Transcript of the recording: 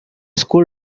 school